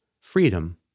freedom